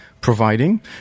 providing